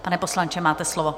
Pane poslanče, máte slovo.